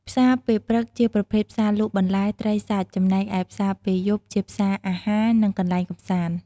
ផ្សារពេលព្រឹកជាប្រភេទផ្សារលក់បន្លែ ត្រី សាច់ ចំណែកឯផ្សារពេលយប់ជាផ្សារអាហារ និងកន្លែងកម្សាន្ត។